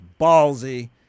Ballsy